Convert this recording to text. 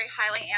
highly